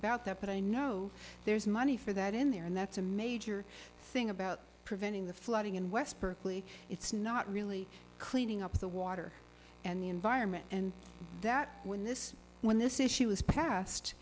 about that but i know there's money for that in there and that's a major thing about preventing the flooding in west berkeley it's not really cleaning up the water and the environment and when this when this issue was passed